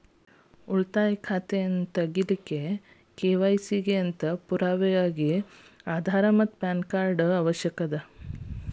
ಉಳಿತಾಯ ಖಾತೆಯನ್ನು ತೆರೆಯಲು ಕೆ.ವೈ.ಸಿ ಗೆ ಪುರಾವೆಯಾಗಿ ಆಧಾರ್ ಮತ್ತು ಪ್ಯಾನ್ ಕಾರ್ಡ್ ಅಗತ್ಯವಿದೆ